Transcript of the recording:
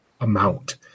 amount